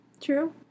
True